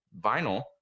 vinyl